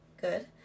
Good